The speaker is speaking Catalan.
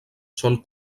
són